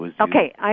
Okay